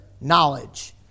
knowledge